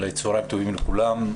צהריים טובים לכולם,